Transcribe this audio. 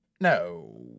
No